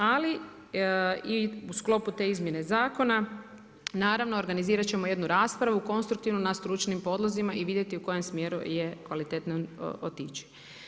Ali i u sklopu te izmjene zakona naravno organizirat ćemo jednu raspravu konstruktivnu na stručnim prijedlozima i vidjeti u kojem smjeru je kvalitetno otići.